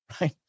right